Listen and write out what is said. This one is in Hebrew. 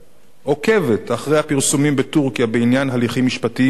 עוקבת אחרי הפרסומים בטורקיה בעניין הליכים משפטיים שם,